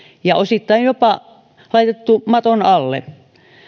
ja osittain jopa laitettu maton alle